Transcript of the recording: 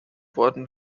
worden